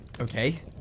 Okay